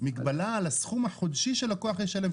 מגבלה על הסכום החודשי שלקוח ישלם.